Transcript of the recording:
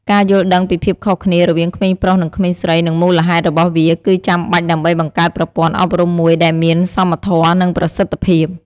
ការយល់ដឹងពីភាពខុសគ្នា រវាងក្មេងប្រុសនិងក្មេងស្រីនិងមូលហេតុរបស់វា គឺចាំបាច់ដើម្បីបង្កើតប្រព័ន្ធអប់រំមួយដែលមានសមធម៌ និងប្រសិទ្ធភាព។